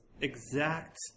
exact